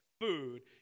food